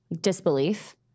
disbelief